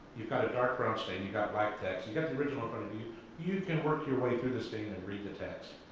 you've got dark brown stain, you got black text, you got the original in front of you, you can work your way through the stain and read the text.